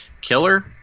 killer